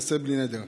אעשה בלי נדר".